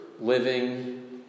living